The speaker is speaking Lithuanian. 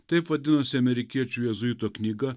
taip vadinosi amerikiečių jėzuito knyga